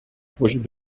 projet